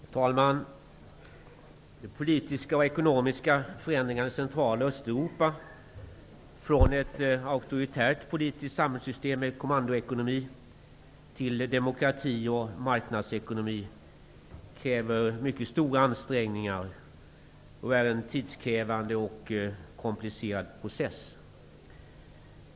Herr talman! De politiska och ekonomiska förändringarna i Central och Östeuropa från ett auktoritärt politiskt samhällssystem med kommandoekonomi till demokrati och marknadsekonomi fordrar mycket stora ansträngningar och är en tidskrävande och komplicerad process.